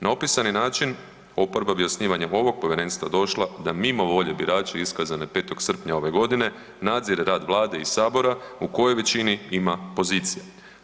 Na opisani način oporba bi osnivanjem ovog povjerenstva došla da mimo volje birača iskazane 5. srpnja ove godine nadzire rad vlade i sabora u kojoj većini ima pozicija.